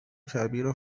کبیر